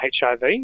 HIV